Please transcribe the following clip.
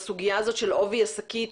הסוגיה הזאת של עובי השקית,